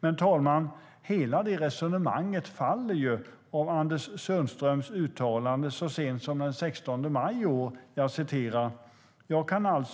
Men, herr talman, hela det resonemanget faller genom Anders Sundströms uttalande så sent som den 16 maj i år när han sa att